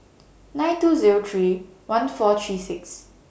nine two Zero three one four three six